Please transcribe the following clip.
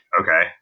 okay